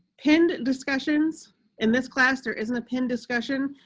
pin discussions in this class, there isn't a pin discussion.